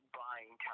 buying